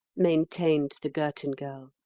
maintained the girton girl.